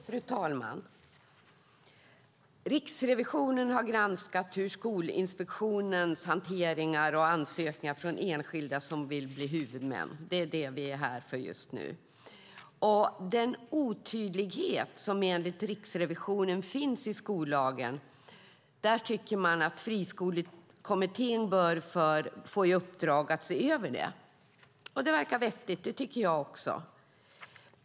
Fru talman! Riksrevisionen har granskat hur Skolinspektionen hanterar ansökningar från enskilda som vill bli huvudmän. Det är det som vi debatterar just nu. Den otydlighet som enligt Riksrevisionen finns i skollagen anser man att Friskolekommittén bör få i uppdrag att se över. Det verkar vettigt. Det tycker jag också.